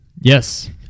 Yes